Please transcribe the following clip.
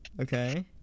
Okay